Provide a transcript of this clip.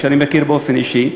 שאני מכיר באופן אישי,